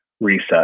reset